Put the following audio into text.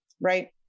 right